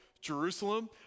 Jerusalem